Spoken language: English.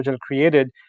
created